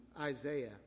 Isaiah